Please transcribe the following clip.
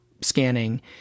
scanning